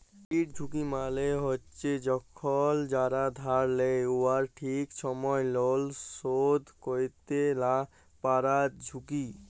credit ঝুঁকি মালে হছে কখল যারা ধার লেয় উয়ারা ঠিক ছময় লল শধ ক্যইরতে লা পারার ঝুঁকি